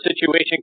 situation